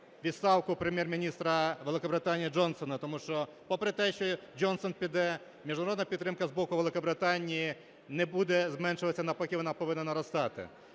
відставку Прем'єр-міністра Великобританії Джонсона. Тому що, попри те, що Джонсон піде, міжнародна підтримка з боку Великобританії не буде зменшуватись, а навпаки вона повинна наростати.